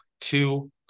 two